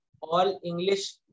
All-English